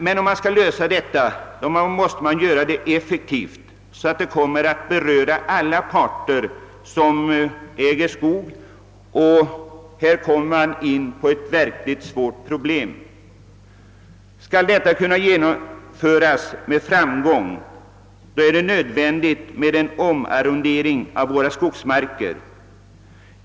Men om man skall göra detta måste man göra det effektivt, så att alla parter som äger skog berörs, och man kommer härvidlag in på ett verkligt svårt problem. Om en sådan rationalisering med framgång skall kunna genomföras är det nödvändigt med en omarrondering av våra skogsmarker.